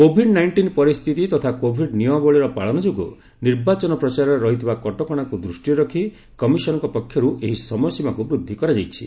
Covid ନାଇକ୍ଷିନ୍ ପରିସ୍ଥିତି ତଥା କୋଭିଡ୍ ନିୟମାବଳୀର ପାଳନ ଯୋଗୁଁ ନିର୍ବାଚନ ପ୍ରଚାରରେ ରହିଥିବା କଟକଶାକୁ ଦୃଷ୍ଟିରେ ରଖି କମିଶନ୍ଙ୍କ ପକ୍ଷରୁ ଏହି ସମୟସୀମାକୁ ବୃଦ୍ଧି କରାଯାଇଛି